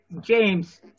James